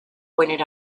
pointed